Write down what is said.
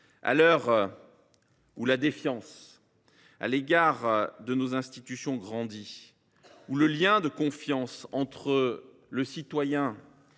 À l’heure où la défiance à l’égard de nos institutions grandit, où le lien de confiance entre les citoyens